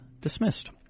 dismissed